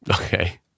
Okay